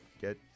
get